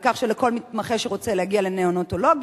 על כך שלכל מתמחה שרוצה להגיע לנאונטולגיה,